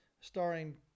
starring